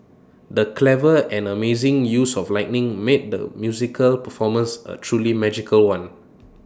the clever and amazing use of lighting made the musical performance A truly magical one